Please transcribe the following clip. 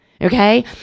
okay